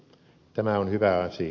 tämä on hyvä asia